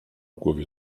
głowie